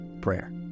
prayer